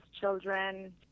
children